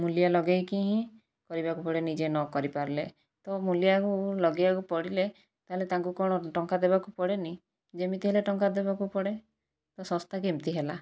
ମୂଲିଆ ଲଗାଇକି ହିଁ କରିବାକୁ ପଡ଼େ ନିଜେ ନକରିପାରିଲେ ତ ମୂଲିଆକୁ ଲଗାଇବାକୁ ପଡ଼ିଲେ ତା'ହେଲେ ତାଙ୍କୁ କ'ଣ ଟଙ୍କା ଦେବାକୁ ପଡ଼େନାହିଁ ଯେମିତି ହେଲେ ଟଙ୍କା ଦେବାକୁ ପଡ଼େ ତ ଶସ୍ତା କେମିତି ହେଲା